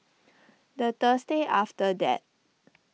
the Thursday after that